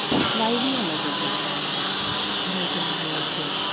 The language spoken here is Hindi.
वाइब्स ही अलग हो जाता है भजन भाव से